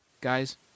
Guys